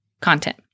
content